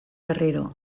berriro